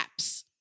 apps